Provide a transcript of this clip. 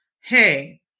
hey